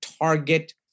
target